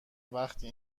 وقتی